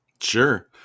Sure